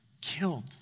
killed